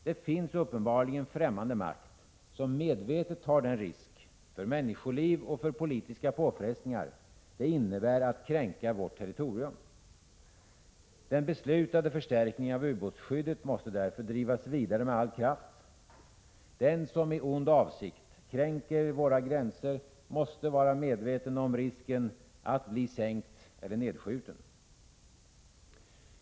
Det finns uppenbarligen en främmande makt, som medvetet tar den risk — för människoliv och för politiska påfrestningar — det innebär att kränka vårt territorium. Den beslutade förstärkningen av ubåtsskyddet måste därför drivas vidare med all kraft. Den som i ond avsikt kränker våra gränser måste vara medveten om risken att bli sänkt eller nedskjuten.